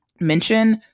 mention